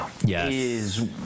yes